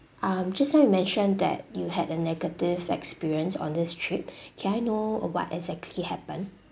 um just now you mentioned that you had a negative experience on this trip can I know uh what exactly happened